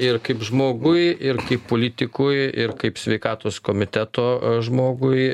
ir kaip žmogui ir kaip politikui ir kaip sveikatos komiteto žmogui